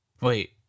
Wait